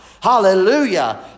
Hallelujah